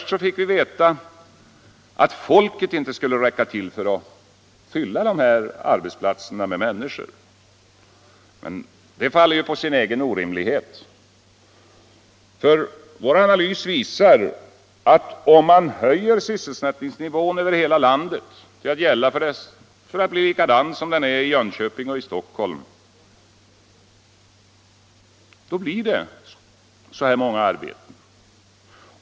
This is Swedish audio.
Först fick vi veta att folket inte räcker till för att fylla arbetsplatserna, men det faller ju på sin egen orimlighet. Vår analys visar ju att om man höjer sysselsättningsnivån över hela landet, så att den blir likadan som i Jönköping eller i Stockholm, så blir det så här många arbeten.